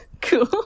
Cool